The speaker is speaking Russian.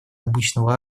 обычного